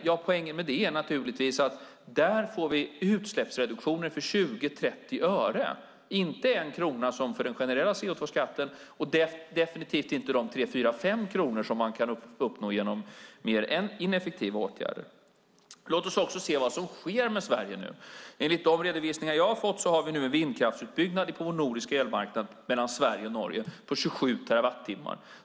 Jo, poängen är förstås att vi där får utsläppsreduktioner för 20-30 öre, inte 1 krona som för den generella CO2-skatten, och definitivt inte de 3, 4, 5 kronor som man kan uppnå genom mer ineffektiva åtgärder. Låt oss se vad som sker med Sverige nu. Enligt de redovisningar jag har fått har vi en vindkraftsutbyggnad på den nordiska elmarknaden, mellan Sverige och Norge, på 27 terawattimmar.